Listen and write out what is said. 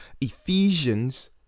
Ephesians